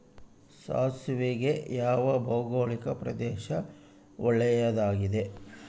ಸಾಸಿವೆಗೆ ಯಾವ ಭೌಗೋಳಿಕ ಪ್ರದೇಶ ಒಳ್ಳೆಯದಾಗಿದೆ?